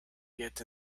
get